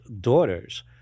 daughters